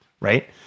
right